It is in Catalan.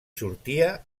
sortia